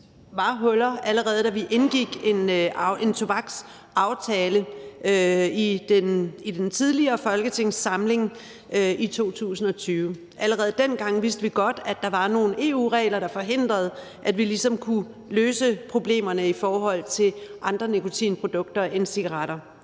var huller, allerede da vi indgik en tobaksaftale i den tidligere folketingssamling i 2020. Allerede dengang vidste vi godt, at der var nogle EU-regler, der forhindrede, at vi ligesom kunne løse problemerne i forhold til andre nikotinprodukter end cigaretter.